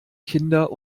kinder